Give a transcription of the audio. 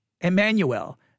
Emmanuel